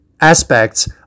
aspects